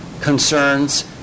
concerns